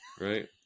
Right